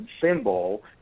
symbol